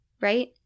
right